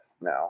now